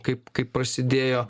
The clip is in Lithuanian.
kaip kaip prasidėjo